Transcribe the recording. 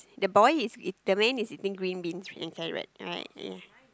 the boy is is the man is eating green beans inside right right ya